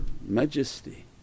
Majesty